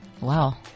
Wow